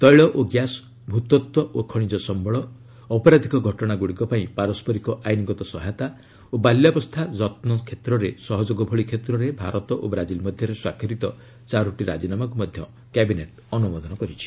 ତୈଳ ଓ ଗ୍ୟାସ୍ ଭୂତତ୍ତ୍ୱ ଓ ଖଣିକ ସମ୍ଭଳ ଅପରାଧିକ ଘଟଣାଗୁଡ଼ିକ ପାଇଁ ପାରସ୍କରିକ ଆଇନ୍ଗତ ସହାୟତା ଓ ବାଲ୍ୟାବସ୍ଥା ଯତ୍ନ କ୍ଷେତ୍ରରେ ସହଯୋଗ ଭଳି କ୍ଷେତ୍ରରେ ଭାରତ ଓ ବ୍ରାଜିଲ ମଧ୍ୟରେ ସ୍ୱାକ୍ଷରିତ ଚାରୋଟି ରାଜିନାମାକୁ ମଧ୍ୟ କ୍ୟାବିନେଟ୍ ଅନୁମୋଦନ କରିଛି